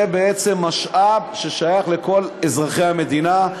זה בעצם משאב ששייך לכל אזרחי המדינה,